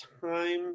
time